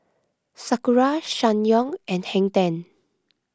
Sakura Ssangyong and Hang ten